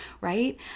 right